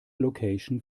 location